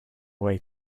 way